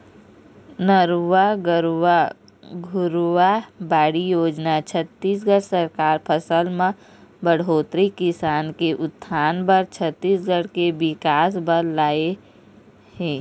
नरूवा, गरूवा, घुरूवा, बाड़ी योजना छत्तीसगढ़ सरकार फसल म बड़होत्तरी, किसान के उत्थान बर, छत्तीसगढ़ के बिकास बर लाए हे